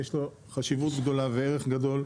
יש לו חשיבות גדולה וערך גדול.